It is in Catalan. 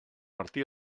martí